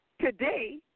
today